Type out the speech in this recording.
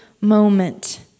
moment